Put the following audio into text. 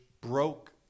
broke